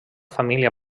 família